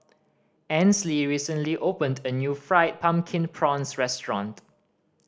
Ansley recently opened a new Fried Pumpkin Prawns restaurant